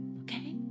okay